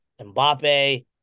Mbappe